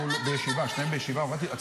תתביישו לכם.